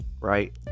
right